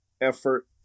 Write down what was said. effort